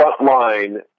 frontline